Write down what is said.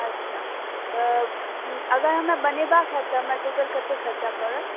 अच्छा तऽ अगर हमरा बनेबाक हैत तऽ हमरा टोटल कतेक खर्चा पड़त